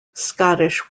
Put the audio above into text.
scottish